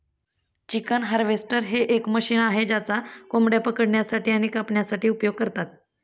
chicken harvester हे एक machine आहे ज्याचा कोंबड्या पकडण्यासाठी आणि कापण्यासाठी उपयोग करतात